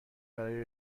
برای